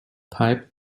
pipe